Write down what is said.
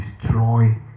destroy